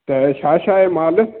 त छा छा आहे मालु